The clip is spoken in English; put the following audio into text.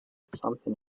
something